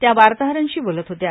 त्या वार्ताहरांशी बोलत होत्या